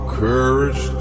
courage